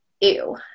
Ew